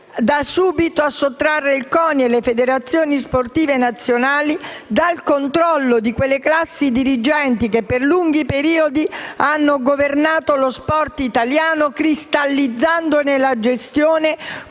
da subito a sottrarre il CONI e le federazioni sportive nazionali dal controllo di quelle classi dirigenti che per lunghi periodi hanno governato lo sport italiano, cristallizzandone la gestione con